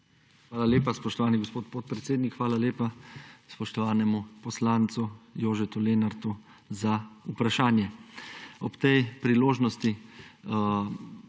Hvala lepa, spoštovani gospod podpredsednik. Hvala lepa spoštovanemu poslancu Jožetu Lenartu za vprašanje. Ob tej priložnosti